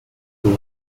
two